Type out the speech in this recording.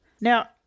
Now